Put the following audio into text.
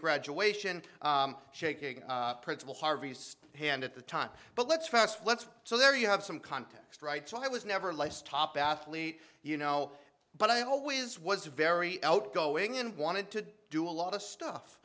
graduation shaking principle harvest hand at the time but let's fast let's so there you have some context right so i was never life's top athlete you know but i always was very outgoing and wanted to do a lot of stuff